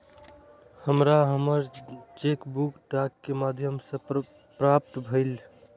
हमरा हमर cheque book डाक के माध्यम से प्राप्त भईल